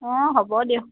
অ হ'ব দিয়ক